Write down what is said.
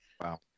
wow